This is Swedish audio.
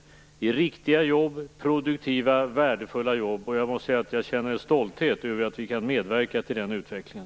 Det är riktiga jobb, produktiva och värdefulla jobb. Jag måste säga att jag känner stolthet över att vi kan medverka till den utvecklingen.